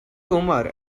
omar